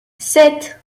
sept